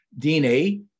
DNA